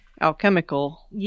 alchemical